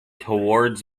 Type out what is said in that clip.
towards